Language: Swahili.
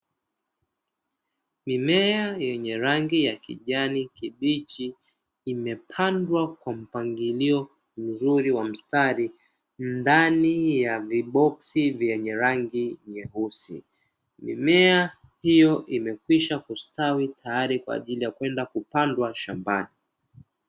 Mimea yenye rangi ya kijani kibichi imepandwa kwa mpangilio mzuri wa mstari ndani ya viboksi vyenye rangi nyeusi mimea hiyo imekwisha kustawi tayari kwa ajili ya kwenda kupandwa shambani.